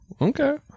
Okay